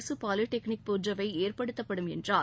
அரசு பாலிடெக்னிக் போன்றவை ஏற்படுத்தப்படும் என்றார்